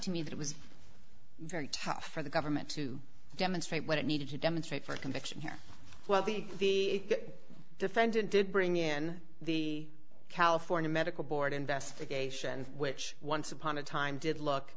to me that it was very tough for the government to demonstrate what it needed to demonstrate for conviction here well the defendant did bring in the california medical board investigation which once upon a time did look